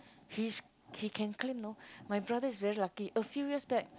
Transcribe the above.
his he can claim you know my brother is very lucky a few years back